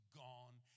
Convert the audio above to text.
gone